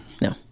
No